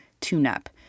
tune-up